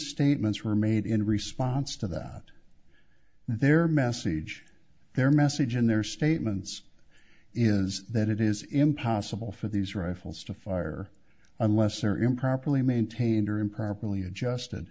statements were made in response to that their message their message and their statements is that it is impossible for these rifles to fire unless are improperly maintained or improperly